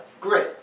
great